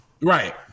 Right